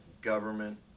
government